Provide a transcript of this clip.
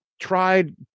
tried